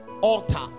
altar